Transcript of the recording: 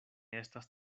estas